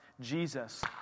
Jesus